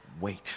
wait